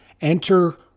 enter